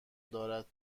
دارد